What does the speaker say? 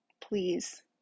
please